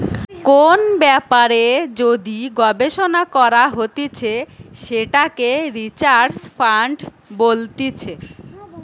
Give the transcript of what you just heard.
কোন ব্যাপারে যদি গবেষণা করা হতিছে সেটাকে রিসার্চ ফান্ড বলতিছে